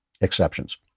exceptions